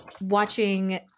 watching